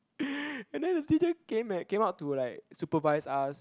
and then the teacher came leh came out to like supervise us